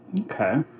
Okay